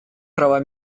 права